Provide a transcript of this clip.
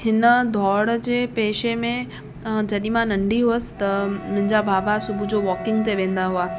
हिन दौड़ जे पेशे में जॾहिं मां नंढी हुअसि त मुंहिंजा बाबा सुबुह जो वॉकिंग ते वेंदा हुआ